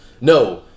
No